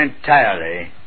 entirely